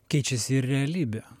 keičiasi ir realybė